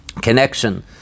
connection